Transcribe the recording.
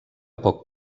poc